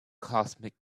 cosmic